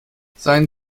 seien